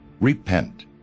Repent